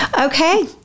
Okay